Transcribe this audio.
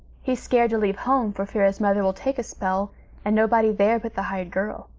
he's scared to leave home for fear his mother will take a spell and nobody there but the hired girl.